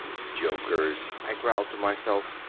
jokers, i growled to myself.